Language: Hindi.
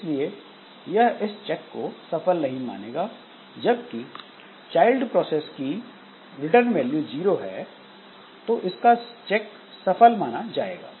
इसलिए यह इस चेक को सफल नहीं मानेगा जबकि चाइल्ड प्रोसेस की रिटर्न वैल्यू जीरो है तो इसका चेक सफल माना जाएगा